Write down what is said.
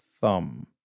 thumb